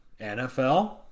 NFL